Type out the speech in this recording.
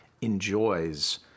enjoys